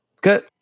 Good